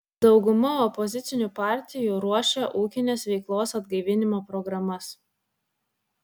dauguma opozicinių partijų ruošia ūkinės veiklos atgaivinimo programas